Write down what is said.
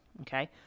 okay